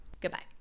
Goodbye